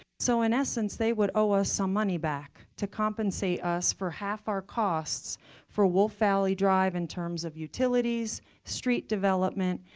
so in essence, they would owe us some money back to compensate us for half our costs for wolf valley drive in terms of utilities, street development.